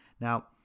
Now